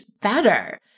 better